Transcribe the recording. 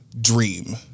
dream